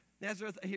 Nazareth